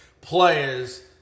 players